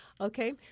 Okay